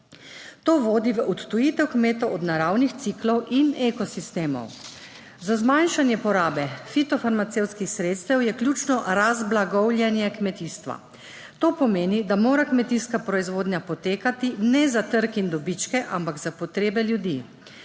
To vodi v odtujitev kmetov od naravnih ciklov in ekosistemov. Za zmanjšanje porabe fitofarmacevtskih sredstev je ključno razblagovljenje kmetijstva. To pomeni, da mora kmetijska proizvodnja potekati ne za trg in dobičke, ampak za potrebe ljudi.